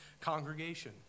congregation